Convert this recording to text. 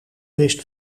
wist